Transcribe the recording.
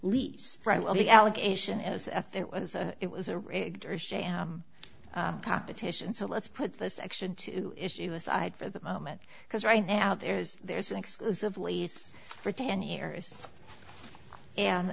lease right well the allegation as if it was it was a rigged or sham competition so let's put the section two issue aside for the moment because right now there's there's an exclusively for ten years and